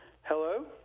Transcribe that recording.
Hello